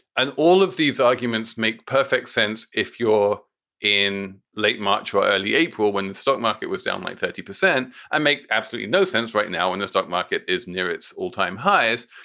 and all of these arguments make perfect sense. if you're in late march or early april, when the stock market was down like thirty per cent, i make absolutely no sense right now in the stock market is near its all time highs.